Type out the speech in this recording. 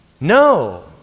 no